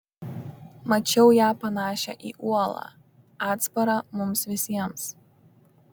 mačiau ją panašią į uolą atsparą mums visiems